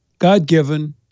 God-given